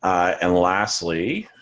and lastly,